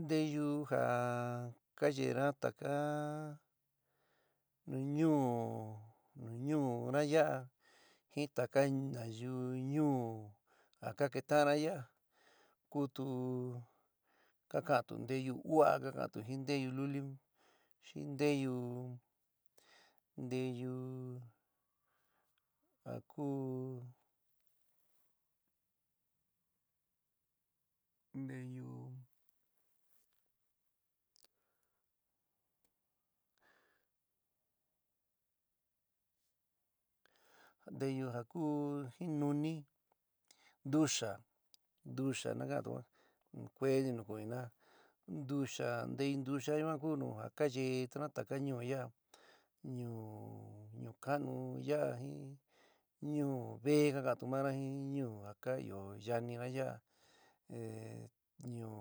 Nteyu ja kayena taka ñuú nu ñuú na yaa jin taka nayu ñuu ja ka keta'anna ya'a kutu, ka kantu nteyu u'aá ka ka'antu jin nteyu luli un xi nteyu nteyu ja ku nteyu ja ku jin nuni ntuxa, ntuxa na ka'anto jin, kue te nuku'un inna ntuxa nteyu ntuxa ku nu ja ka yeétuna taka ñuú ya'a ñuú ñuuka'anu ya'a jin ñuu veé ka kantu mana jin ñuu ja ka ɨó yanina ya'a, in ñuú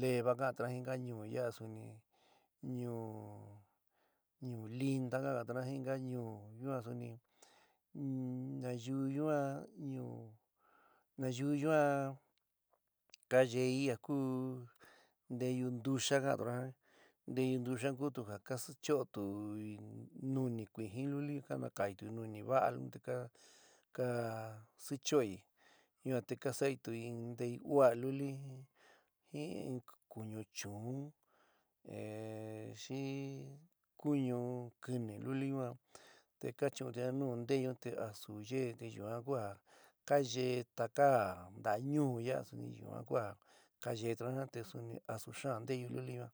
leva kantuna jin inka ñuú yaa suni, ñuú linda ka ka'antuna jin inka ñuú yuan suni, nayú yuan nayú yuan ka yeí ja ku nteyu ntuxa ka'antuna, nteyu ntuxa kutu ja ka schootuí nuni kuijín luli ka naka'itu nuni va'aun te ka sichoói yuan te ka sa'atui in nteyu u'aa luli jin in kuñu chuún xi kuñu kɨnɨ luli ñuan te ka chu'úntuña nu nteyu yuan te asu yeé te yuan kua ka yeé taka ntaá ñuú ya'a suni yuan ku a kayeétuna te suni asu xaán nteyu luli ñua.